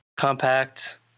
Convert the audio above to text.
Compact